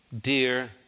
dear